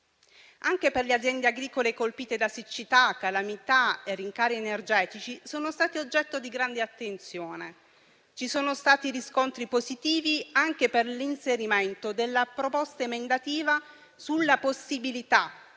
Anche le aziende agricole colpite da siccità, calamità e rincari energetici sono state oggetto di grande attenzione. Ci sono stati riscontri positivi anche per l'inserimento della proposta emendativa sulla possibilità